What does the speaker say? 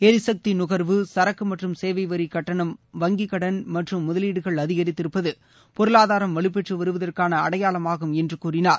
எரிசக்தி நுகர்வு சரக்கு மற்றும் சேவை வரி கட்டணம் வங்கிக் கடன் மற்றும் முதலீடுகள் அதிகரித்திருப்பது பொருளாதாரம் வலுப்பெற்று வருவதற்கான அடையாளமாகும் என்றார்